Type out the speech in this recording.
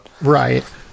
Right